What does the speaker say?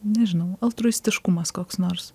nežinau altruistiškumas koks nors